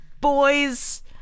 boys